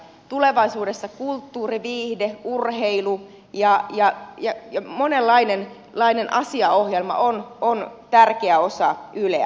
tulevaisuudessa kulttuuri viihde urheilu ja monenlainen asiaohjelma ovat tärkeä osa yleä